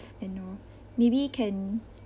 and oh maybe can